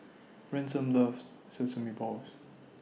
Ransom loves Sesame Balls